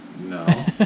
no